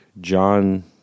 John